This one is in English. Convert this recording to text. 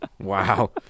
wow